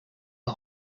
the